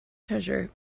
treasure